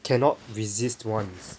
cannot resist ones